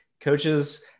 coaches